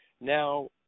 Now